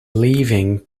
leaving